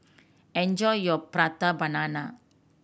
enjoy your Prata Banana